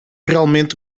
realmente